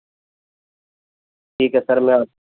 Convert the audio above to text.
ٹھیک ہے سر میں